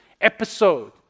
episode